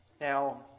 Now